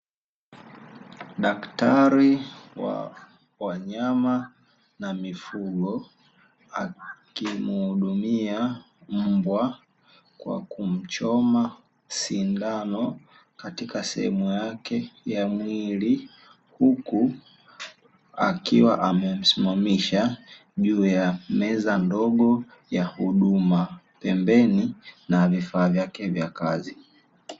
Daktari wa wanyama na mifugo, akimuhudumia mbwa kwa kumchoma sindano katika sehemu yake ya mwili, huku akiwa amemsimamisha juu ya meza ndogo ya huduma pembeni kuna vifaa vyake vya kazi.